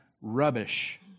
rubbish